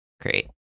great